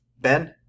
Ben